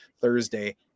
Thursday